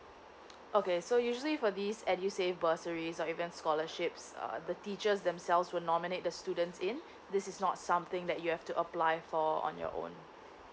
okay so usually for this edusave bursaries or even scholarships err the teachers themselves will nominate the students in this is not something that you have to apply for on your own